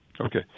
Okay